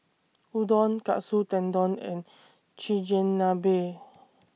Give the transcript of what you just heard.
Udon Katsu Tendon and Chigenabe